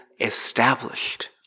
established